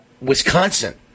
Wisconsin